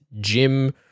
Jim